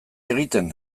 egiten